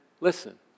listen